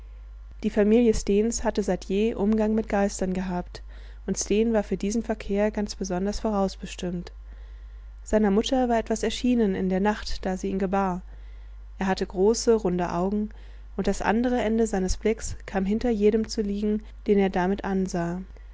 die familie stens hatte seit je umgang mit geistern gehabt und sten war für diesen verkehr ganz besonders vorausbestimmt seiner mutter war etwas erschienen in der nacht da sie ihn gebar er hatte große runde augen und das andere ende seines blicks kam hinter jeden zu liegen den er damit ansah